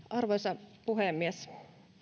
arvoisa puhemies